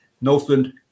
Northland